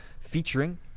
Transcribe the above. featuring